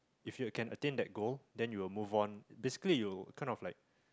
if you can attain that goal then you'll move on basically you kind of like